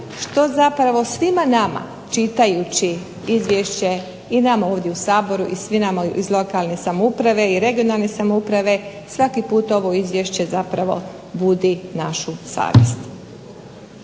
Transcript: što zapravo svima nama čitajući izvješće i nama ovdje u Saboru i svima iz lokalne samouprave i regionalne samouprave. Svaki put ovo Izvješće zapravo budi našu savjest.